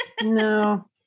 No